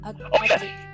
okay